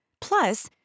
Plus